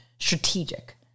strategic